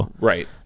Right